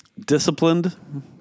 Disciplined